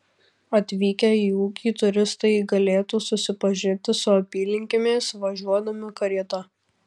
atvykę į ūkį turistai galėtų susipažinti su apylinkėmis važiuodami karieta